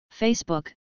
Facebook